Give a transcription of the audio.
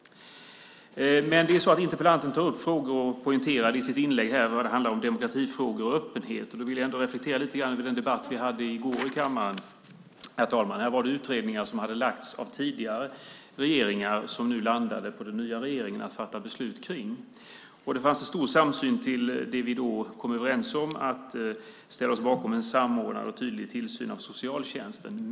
Marianne Berg tog upp och poängterade i sitt inlägg att det handlar om demokratifrågor och öppenhet. Jag vill då reflektera lite grann över den debatt som vi hade i går i kammaren, herr talman, om utredningar som hade lagts fram av tidigare regeringar och som nu landade på den nya regeringen att fatta beslut om. Det fanns en stor samsyn om det vi då kom överens om, att ställa oss bakom en samordnad och tydlig tillsyn av socialtjänsten.